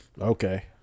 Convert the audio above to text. Okay